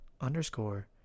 underscore